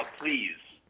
please,